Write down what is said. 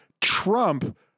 Trump